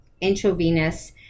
intravenous